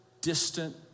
distant